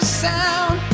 sound